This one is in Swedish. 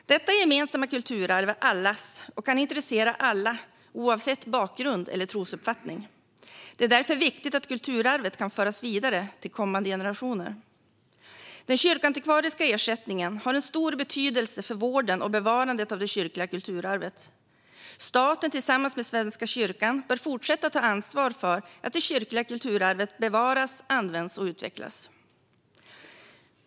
Detta gemensamma kulturarv är allas och kan intressera alla oavsett bakgrund eller trosuppfattning. Det är därför viktigt att kulturarvet kan föras vidare till kommande generationer. Den kyrkoantikvariska ersättningen har en stor betydelse för vården och bevarandet av det kyrkliga kulturarvet. Staten, tillsammans med Svenska kyrkan, bör fortsätta ta ansvar för att det kyrkliga kulturarvet bevaras, används och utvecklas.